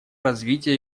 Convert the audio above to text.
развития